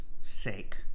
sake